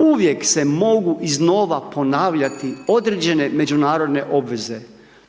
Uvijek se mogu iznova ponavljati određene međunarodne obveze,